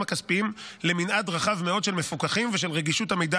הכספיים למנעד רחב מאוד של מפוקחים ושל רגישות המידע